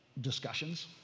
discussions